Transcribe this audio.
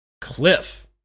Cliff